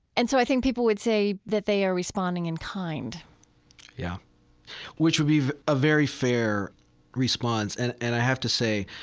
and so i think people would say that they are responding in kind yeah which would be a very fair response. and and i have to say,